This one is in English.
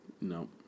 No